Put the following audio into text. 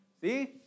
See